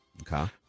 Okay